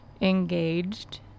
engaged